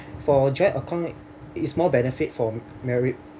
for joint account is more benefit for married